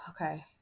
Okay